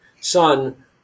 son